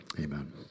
amen